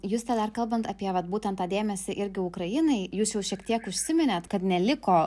juste dar kalbant apie vat būtent tą dėmesį irgi ukrainai jūs jau šiek tiek užsiminėt kad neliko